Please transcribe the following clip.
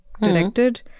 directed